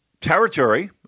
territory